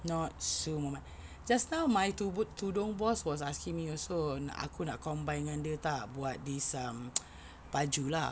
not Su Mamat just now my tudung boss was asking me also nak aku nak combine dengan dia ke tak buat this um baju lah